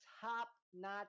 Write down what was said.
top-notch